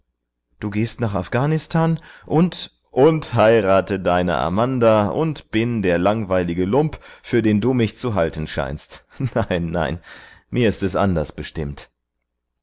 du gehst nach afghanistan und und heirate deine amanda und bin der langweilige lump für den du mich zu halten scheinst nein nein mir ist es anders bestimmt